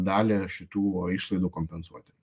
dalį šitų išlaidų kompensuoti